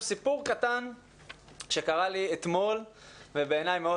סיפור קטן שקרה לי אתמול ובעיני מאוד